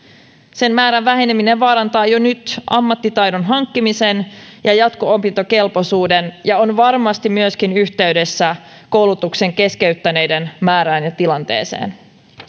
sen määrän väheneminen vaarantaa jo nyt ammattitaidon hankkimisen ja jatko opintokelpoisuuden ja on varmasti myöskin yhteydessä koulutuksen keskeyttäneiden määrään ja tilanteeseen